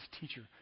teacher